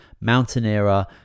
mountaineer